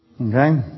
Okay